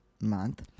month